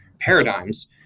paradigms